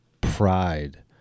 pride